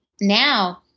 now